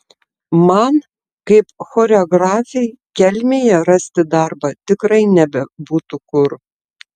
man kaip choreografei kelmėje rasti darbą tikrai nebebūtų kur